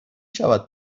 شود